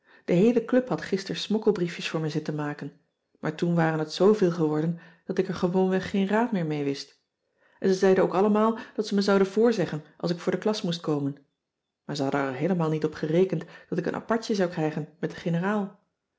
de heele club had gister smokkelbriefjes voor me zitten maken maar toen waren het zooveel geworden dat ik er gewoonweg geen raad meer mee wist en ze zeiden ook allemaal dat ze me zouden voorzeggen als ik voor de klas moest komen maar ze hadden er heelemaal niet op gerekend dat ik een apartje zou krijgen met de generaal